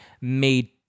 made